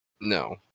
No